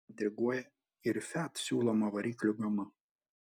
intriguoja ir fiat siūloma variklių gama